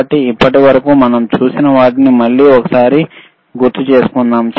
కాబట్టి ఇప్పటి వరకు మనం చూసిన వాటిని మళ్లీ ఒకసారి మనం గుర్తుచేసుకుందాం